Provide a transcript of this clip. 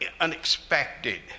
unexpected